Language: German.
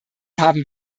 haben